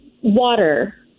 water